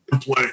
play